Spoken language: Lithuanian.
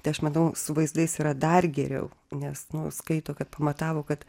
tai aš manau su vaizdais yra dar geriau nes nu skaito kad pamatavo kad